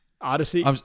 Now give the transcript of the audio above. Odyssey